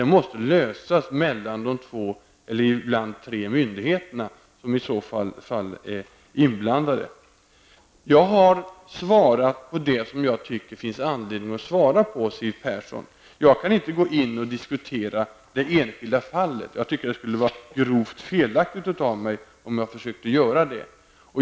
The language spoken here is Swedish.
De måste lösas mellan de två, ibland tre, myndigheter som i så fall är inblandade. Jag har svarat på det som jag tycker att det finns anledning att svara på, Siw Persson. Jag kan inte gå in och diskutera det enskilda fallet. Det skulle vara grovt felaktigt av mig om jag försökte göra det.